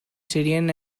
syrian